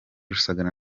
rusagara